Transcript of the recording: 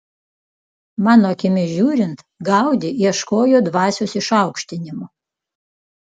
mano akimis žiūrint gaudi ieškojo dvasios išaukštinimo